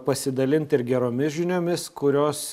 pasidalint ir geromis žiniomis kurios